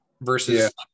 Versus